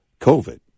COVID